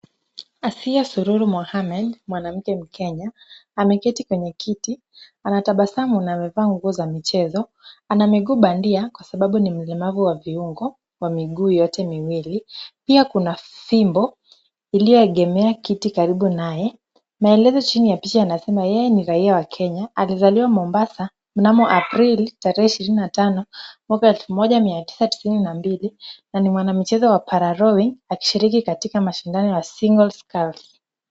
Asiya Sururu Mohammed, mwanamke mkenya ameketi kwenye kiti. Anatabasamu na amevaa nguo za michezo. Ana miguu bandia kwa sababu ni mlemavu wa viungo wa miguu yote miwili. Pia kuna fimbo iliyoegemea kiti karibu naye. Maelezo chini ya picha yanasema yeye ni raia wa Kenya, alizaliwa Mombasa mnamo Aprili tarehe ishirini na tano mwaka wa elfu moja mia tisa tisini na mbili na ni mwanariadha wa Para-rawing , akishiriki katika michezo ya Single Sculls .